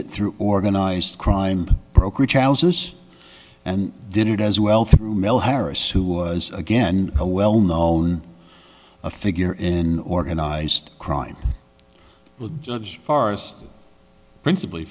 it through organized crime brokerage houses and did it as well through mel harris who was again a well known a figure in organized crime as far as principally